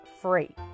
free